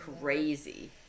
Crazy